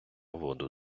воду